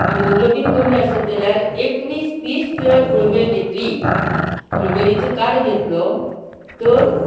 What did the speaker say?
haemoglobin कमी आसत जाल्यार एकवीस वीस जर गुळवेल घेतली गुळवेलीचो काडो घेतलो तर